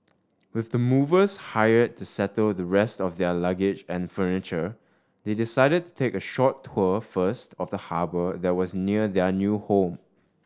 with the movers hired to settle the rest of their luggage and furniture they decided to take a short tour first of the harbour that was near their new home